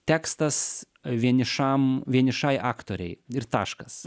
tekstas vienišam vienišai aktorei ir taškas